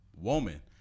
woman